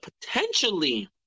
potentially